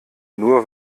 nur